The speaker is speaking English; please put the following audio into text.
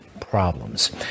problems